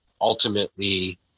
ultimately